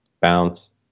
bounce